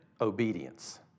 obedience